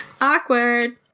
Awkward